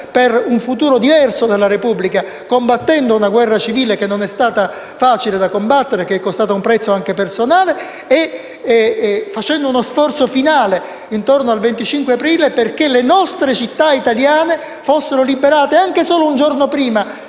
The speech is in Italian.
per un futuro diverso della Repubblica, combattendo una guerra civile che non è stata facile da combattere e che è costata un prezzo anche personale e compiendo uno sforzo finale, intorno al 25 aprile, affinché le città italiane fossero liberate anche solo un giorno prima